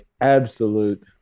absolute